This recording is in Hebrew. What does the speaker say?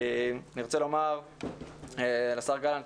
אני רוצה לומר לשר גלנט.